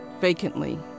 vacantly